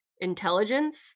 intelligence